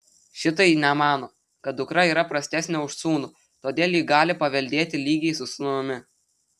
šiitai nemano kad dukra yra prastesnė už sūnų todėl ji gali paveldėti lygiai su sūnumi